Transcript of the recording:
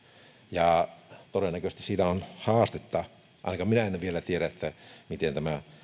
ja todennäköisesti siinä on haastetta ainakaan minä en vielä tiedä miten tämä